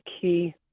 key